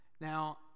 now